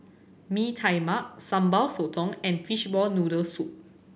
Mee Tai Mak Sambal Sotong and fishball noodle soup